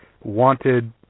wanted